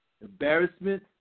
embarrassment